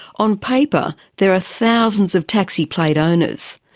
on paper there are thousands of taxi plate owners,